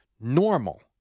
normal